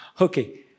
Okay